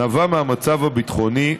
נבע מהמצב הביטחוני,